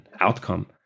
outcome